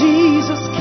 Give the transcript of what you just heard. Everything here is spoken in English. Jesus